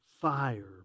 fire